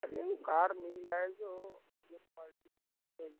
अरे ऊ कार मिल जाए जो जो